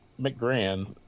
McGran